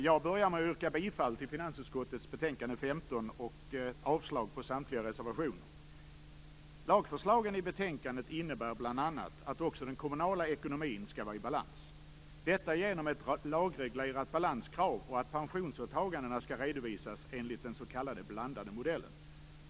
Fru talman! Jag yrkar bifall till hemställan i finansutskottets betänkande 15 och avslag på samtliga reservationer. Lagförslagen i betänkandet innebär bl.a. att också den kommunala ekonomin skall vara i balans. Detta sker genom ett lagreglerat balanskrav och genom att pensionsåtagandena skall redovisas enligt den s.k. blandade modellen.